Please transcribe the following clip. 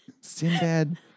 Sinbad